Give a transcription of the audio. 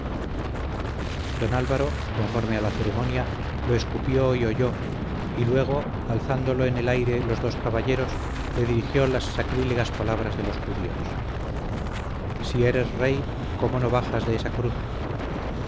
don álvaro conforme a la ceremonia lo escupió y holló y luego alzándolo en el aire los dos caballeros le dirigió las sacrílegas palabras de los judíos si eres rey cómo no bajas de esa cruz